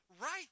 right